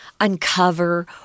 uncover